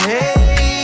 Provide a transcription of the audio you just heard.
Hey